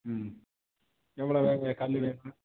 ம் எவ்வளவு கல் வேணும்